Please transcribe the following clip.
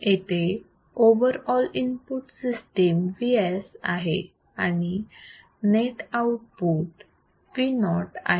इथे over all input system Vs आहे आणि नेट आउटपुट Vo आहे